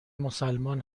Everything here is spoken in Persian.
مسلمان